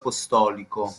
apostolico